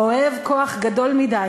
אוהב כוח גדול מדי,